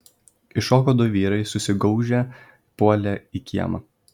iššoko du vyrai susigaužę puolė į kiemą